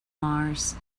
mars